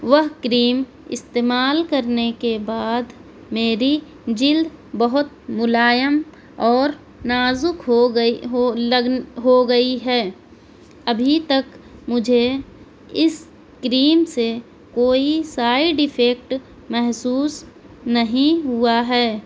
وہ کریم استعمال کرنے کے بعد میری جلد بہت ملائم اور نازک ہو گئی ہو لگنے ہو گئی ہے ابھی تک مجھے اس کریم سے کوئی سائڈ افیکٹ محسوس نہیں ہوا ہے